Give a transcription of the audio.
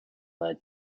led